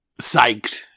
psyched